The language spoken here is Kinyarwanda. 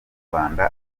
rwanda